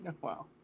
Wow